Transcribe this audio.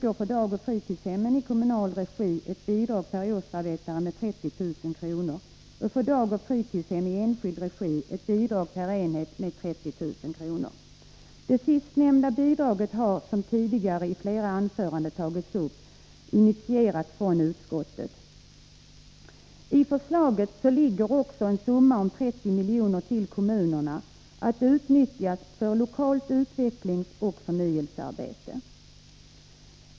årsarbetare med 30 000 kr., och för dagoch fritidshem i enskild regi ett bidrag per enhet med 30 000 kr. Förslaget om det sistnämnda bidraget är, som tidigare i flera anförande nämnts, ett initiativ från utskottet. I förslaget ligger också en summa om 30 miljoner till kommunerna att utnyttjas för lokalt utvecklingsoch förnyelsearbete.